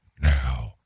now